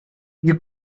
you